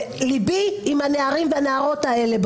ליבי עם הנערות והנערים האלה.